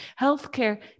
healthcare